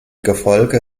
gefolge